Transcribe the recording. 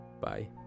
bye